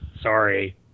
Sorry